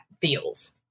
feels